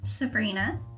Sabrina